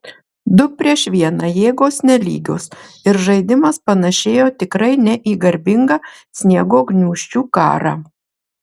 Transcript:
du prieš vieną jėgos nelygios ir žaidimas panašėjo tikrai ne į garbingą sniego gniūžčių karą